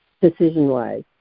decision-wise